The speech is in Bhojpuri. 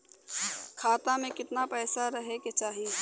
खाता में कितना पैसा रहे के चाही?